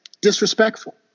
disrespectful